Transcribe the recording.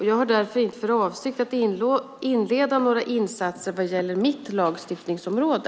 Jag har därför inte för avsikt att inleda några insatser vad gäller mitt lagstiftningsområde.